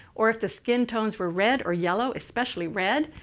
or if the skin tones were red or yellow, especially red,